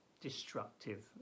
destructive